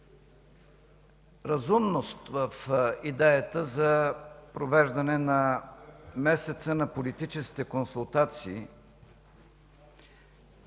разумност в идеята за провеждане на месеца на политическите консултации